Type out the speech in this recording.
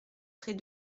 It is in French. près